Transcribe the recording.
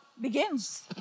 begins